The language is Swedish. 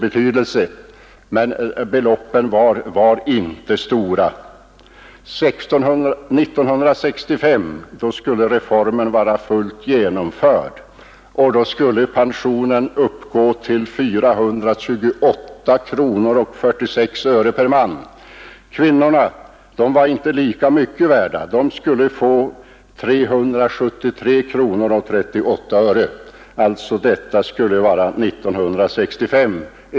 År 1965 skulle 1913 års reform vara fullt genomförd, och då skulle pensionen uppgå till 428 kronor 46 öre för män. Kvinnorna var inte lika mycket värda; de skulle få 373 kronor 38 öre.